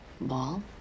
ball